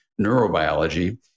neurobiology